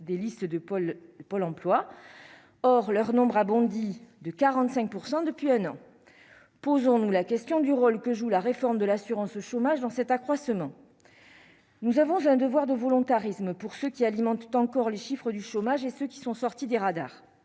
des listes de Pôle Pôle emploi or, leur nombre a bondi de 45 % depuis un an, posons-nous la question du rôle que joue la réforme de l'assurance chômage dans cet accroissement, nous avons un devoir de volontarisme pour ce qui alimente encore les chiffres du chômage et ceux qui sont sortis des radars,